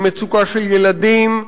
היא מצוקה של ילדים,